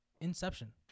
Inception